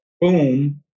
boom